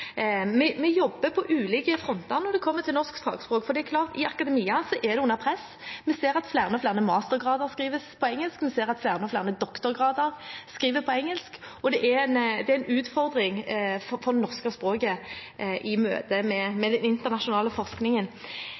Vi jobber på ulike fronter når det kommer til norsk fagspråk, for det er klart at i akademia er det under press. Vi ser at flere og flere mastergradsoppgaver skrives på engelsk, og vi ser at flere og flere doktorgradsavhandlinger skrives på engelsk. Det er en utfordring for det norske språket i møte med den internasjonale forskningen.